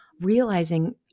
realizing